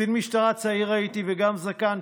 קצין משטרה צעיר הייתי וגם זקנתי,